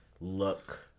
look